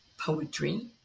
poetry